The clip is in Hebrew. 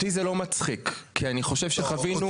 אותי זה לא מצחיק כי אני חושב שחווינו --- לא,